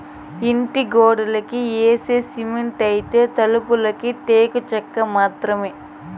ఇంటి గోడలకి యేసే సిమెంటైతే, తలుపులకి టేకు చెక్క మాత్రమే